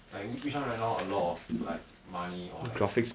like which one right now a lot of like money or like